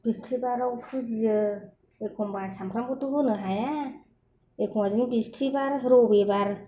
बिस्थिबाराव फुजियो एखमब्ला सानफ्रामबोथ' होनो हाया एखमब्ला बिदिनो बिस्थिबार रबिबार